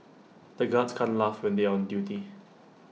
the guards can't laugh when they are on duty